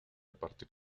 partir